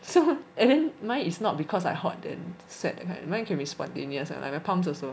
so and then mine is not because I hot then sweat mine can be spontaneous like my palms also